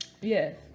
Yes